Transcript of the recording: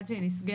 עד שהיא נסגרת,